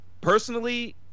Personally